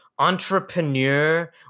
entrepreneur